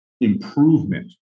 improvement